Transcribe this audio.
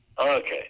Okay